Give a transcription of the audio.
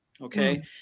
Okay